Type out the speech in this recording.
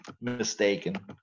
mistaken